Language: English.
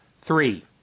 Three